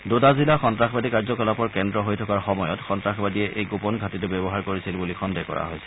দোদা জিলা সন্তাসবাদী কাৰ্যকলাপৰ কেন্দ্ৰ হৈ থকাৰ সময়ত সন্তাসবাদীয়ে এই গোপন ঘাটীটো ব্যৱহাৰ কৰিছিল বুলি সন্দেহ কৰা হৈছে